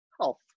health